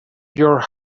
your